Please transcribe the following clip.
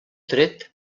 tret